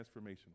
transformational